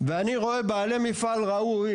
ואני רואה בעלי מפעל ראוי,